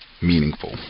meaningful